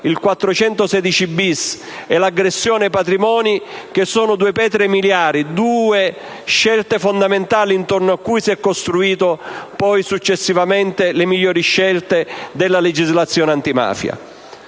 il 416-*bis* e l'aggressione ai patrimoni, che sono due pietre miliari, due scelte fondamentali intorno a cui si sono costruite successivamente le migliori scelte della legislazione antimafia.